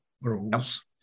rules